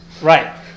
right